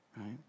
right